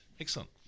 Excellent